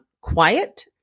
Quiet